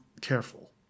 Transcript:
careful